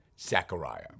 Zechariah